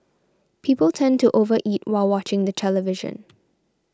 people tend to over eat while watching the television